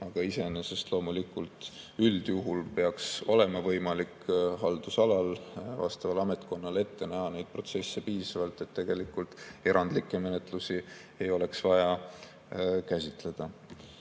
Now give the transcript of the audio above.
aga iseenesest üldjuhul peaks olema võimalik haldusalal vastaval ametkonnal ette näha neid protsesse piisavalt, et tegelikult erandlikke menetlusi ei oleks vaja käsitleda.